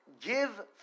Give